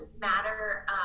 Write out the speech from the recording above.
matter